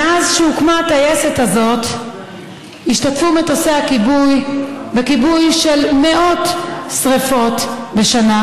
מאז שהוקמה הטייסת הזאת השתתפו מטוסי הכיבוי בכיבוי של מאות שרפות בשנה.